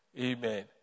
Amen